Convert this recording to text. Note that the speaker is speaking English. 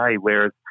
Whereas